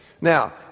Now